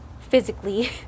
physically